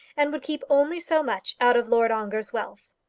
and would keep only so much out of lord ongar's wealth.